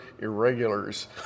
irregulars